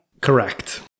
Correct